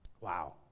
Wow